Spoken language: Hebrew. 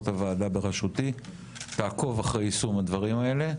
הוועדה בראשותי תעקוב אחרי יישום הדברים האלה,